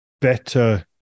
better